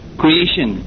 creation